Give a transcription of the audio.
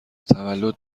تولد